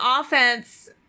offense